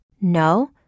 No